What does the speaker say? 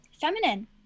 feminine